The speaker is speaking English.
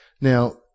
Now